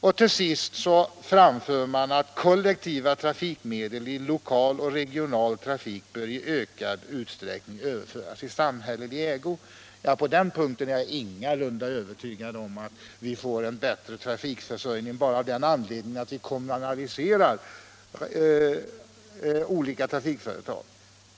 I reservationen anförs också: ”Kollektiva trafikmedel i lokal och regional trafik bör i ökad utsträckning överföras i samhällelig ägo.” Jag är ingalunda övertygad om att vi får en bättre trafikförsörjning bara av den anledningen att vi kommunaliserar olika trafikföretag.